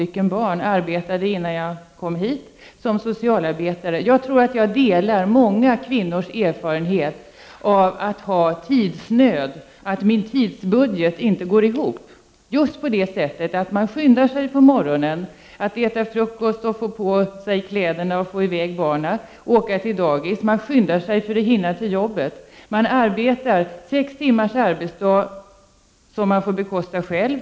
Jag arbetade som socialarbetare innan jag kom hit till riksdagen. Jag tror att jag delar många kvinnors erfarenhet av att vara i tidsnöd, av att min tidsbudget inte går ihop. Man skyndar sig på morgonen att äta frukost, att få på sig kläderna, att få i väg barnen till dagis. Man skyndar sig för att hinna till arbetet. Man har en arbetsdag på sex timmar som man — hittills — får bekosta själv.